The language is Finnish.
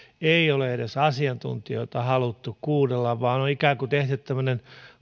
ei ole edes asiantuntijoita haluttu kuunnella vaan on ikään kuin tehty tämmöinen